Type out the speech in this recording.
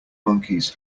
monkeys